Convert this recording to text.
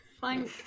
Fine